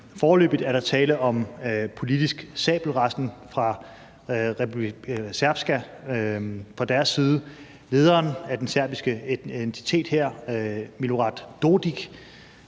foreløbig er der tale om politisk sabelraslen fra Republika Srpskas side. Lederen af den serbiske entitet, Milorad Dodik,